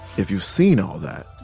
if you've seen all that,